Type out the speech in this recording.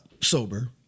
sober